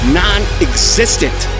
non-existent